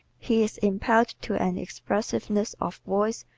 he is impelled to an expressiveness of voice,